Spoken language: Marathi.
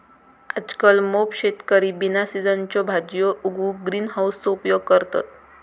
आजकल मोप शेतकरी बिना सिझनच्यो भाजीयो उगवूक ग्रीन हाउसचो उपयोग करतत